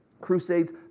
crusades